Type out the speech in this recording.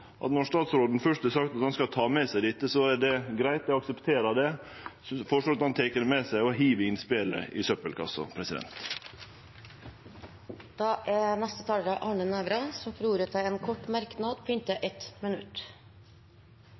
Når statsråden fyrst har sagt at han skal ta med seg dette, er det greitt, eg aksepterer det, men eg føreslår at han tek det med seg og hiver innspelet i søppelkassa. Representanten Arne Nævra har hatt ordet to ganger og får ordet til en kort merknad, begrenset til 1 minutt.